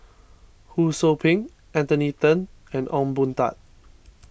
Ho Sou Ping Anthony then and Ong Boon Tat